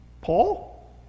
Paul